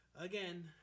again